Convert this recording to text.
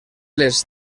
les